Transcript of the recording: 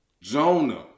Jonah